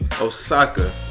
Osaka